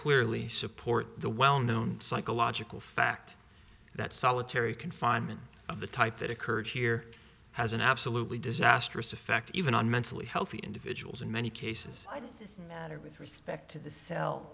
clearly support the well known psychological fact that solitary confinement of the type that occurred here has an absolutely disastrous effect even on mentally healthy individuals in many cases i do matter with respect to the sell